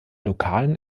lokalen